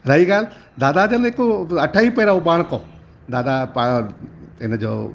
रही ॻाल्हि दादा जन हिक अठ ई पैरा उबाणको दादा हिनजो